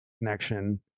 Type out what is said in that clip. connection